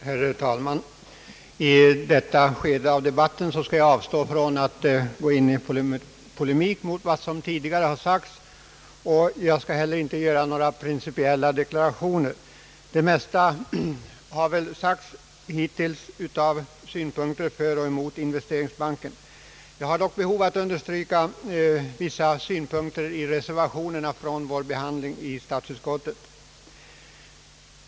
Herr talman! I detta skede av debatten skall jag avstå från att gå in i polemik mot vad som tidigare har sagts. Jag skall inte heller göra några principiella deklarationer. Det mesta av synpunkterna för och emot investeringsbanken har väl redan anförts. Jag har dock ett behov av att understryka vissa synpunkter som framföres i vår reservation från behandlingen i statsutskottet.